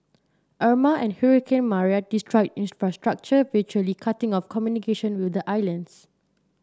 Irma and hurricane Maria destroyed infrastructure virtually cutting off communication with the islands